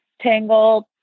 tangled